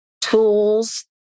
tools